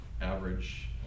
average